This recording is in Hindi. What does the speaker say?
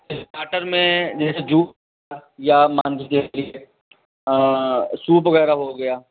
स्टार्टर में जैसे जूस या मान लीजिए कि सूप वगैरह हो गया